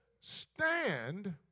stand